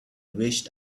wished